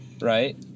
right